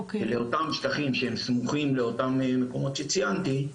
באותם שטחים שסמוכים לאותם מקומות שציינתי,